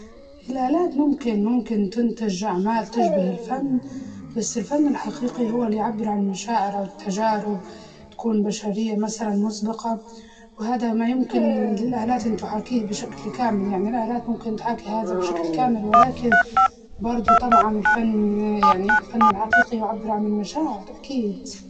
الآلات ممكن ممكن تنتج أعمال تشبه الفن، بس الفن الحقيقي هو اللي يعبر عن المشاعر أو التجارب تكون بشرية مسلاً مسبقاً، وهدا ما يمكن للآلات أن تحاكيه بشكل كامل يعني الآلات ممكن تحاكي هدا بشكل كامل ولكن برضه طبعاً الفن يعني الفن الحقيقي يعبر عن المشاعر أكيد.